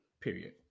Period